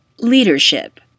leadership